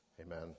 Amen